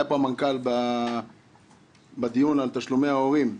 היה פה המנכ"ל בדיון על תשלומי ההורים,